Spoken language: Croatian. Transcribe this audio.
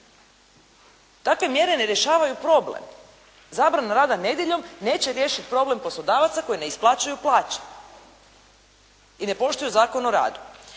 Takve mjere ne rješavaju problem. Zabrana rada nedjeljom neće riješiti problem poslodavaca koji ne isplaćuju plaće i ne poštuju Zakon o radu.